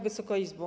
Wysoka Izbo!